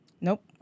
Nope